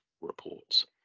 reports